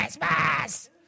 Christmas